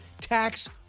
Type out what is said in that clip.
tax